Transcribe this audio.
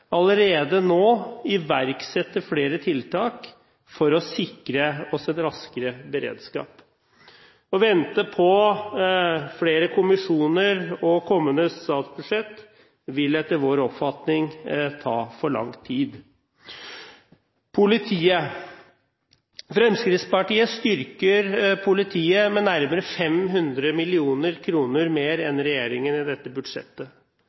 allerede nå iverksette flere tiltak for å sikre oss raskere beredskap. Å vente på flere kommisjoner og kommende statsbudsjett vil etter vår oppfatning ta for lang tid. Politiet: Fremskrittspartiet styrker politiet med nærmere 500 mill. kr mer enn regjeringen i dette budsjettet.